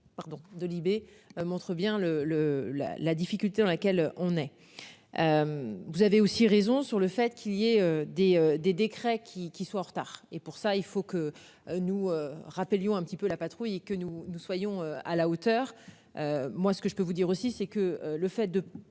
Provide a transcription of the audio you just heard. pardon de Libé montre bien le le la la difficulté dans laquelle on est. Vous avez aussi raison sur le fait qu'il y ait des des décrets qui qui soit en retard et pour ça il faut que nous rappelions un petit peu la patrouille et que nous nous soyons à la hauteur. Moi ce que je peux vous dire aussi c'est que le fait de